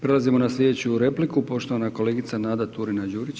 Prelazimo na sljedeću repliku, poštovana kolegica Nada Turina Đurić.